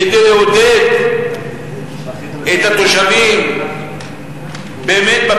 כדי לעודד באמת את התושבים בפריפריה,